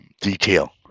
detail